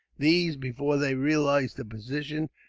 these, before they realized the position,